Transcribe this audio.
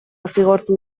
zigortu